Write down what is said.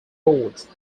boards